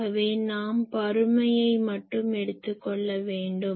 ஆகவே நாம் பருமனை மட்டும் எடுத்துக் கொள்ள வேண்டும்